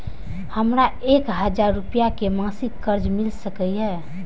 हमरा एक हजार रुपया के मासिक कर्ज मिल सकिय?